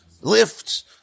Lifts